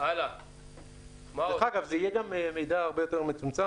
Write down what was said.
דרך אגב, זה יהיה גם מידע הרבה יותר מצומצם.